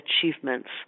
achievements